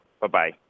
Bye-bye